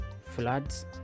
floods